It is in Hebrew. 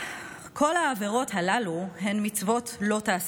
כל העבירות הללו הן מצוות לא תעשה,